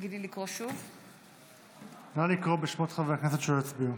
נא לקרוא בשמות חברי הכנסת שלא הצביעו.